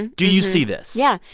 and do you see this? yeah.